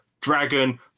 dragon